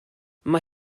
mae